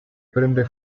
prende